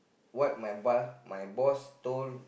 what my boss my boss told